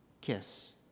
kiss